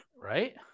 Right